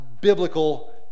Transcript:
biblical